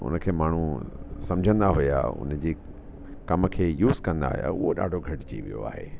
उनखे माण्हू सम्झंदा हुया उनजे कम खे यूज़ कंदा हुया हू ॾाढो घटिजी वियो आहे